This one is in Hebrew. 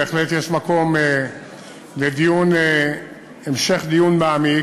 בהחלט יש מקום להמשך דיון מעמיק.